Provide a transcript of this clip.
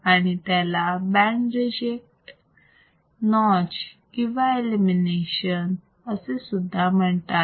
आणि त्याला band reject notch किंवा एलिमिनेशन असे सुद्धा म्हणतात